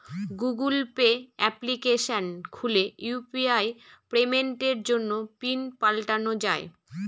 Google Pay application খুলে UPI পেমেন্টের জন্য পিন পাল্টানো যাই